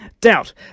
doubt